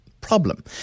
Problem